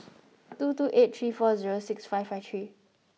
two two eight three four zero six five five three